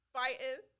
fighting